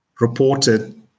reported